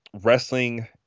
wrestling